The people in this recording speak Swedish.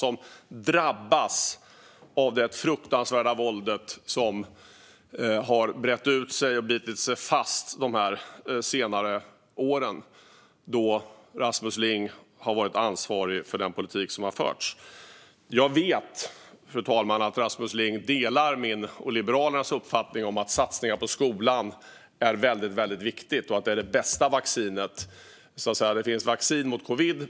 De drabbas av det fruktansvärda våld som har brett ut sig och bitit sig fast under de senaste åren, då Rasmus Ling har varit ansvarig för den politik som har förts. Jag vet, fru talman, att Rasmus Ling delar min och Liberalernas uppfattning att satsningar på skolan är väldigt viktiga och att det är det bästa vaccinet. Det finns vaccin mot covid.